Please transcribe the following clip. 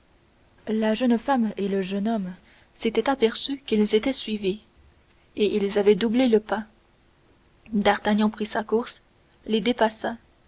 la jeune femme et le jeune homme s'étaient aperçus qu'ils étaient suivis et ils avaient doublé le pas d'artagnan prit sa course les dépassa